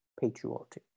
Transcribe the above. patriotic